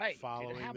following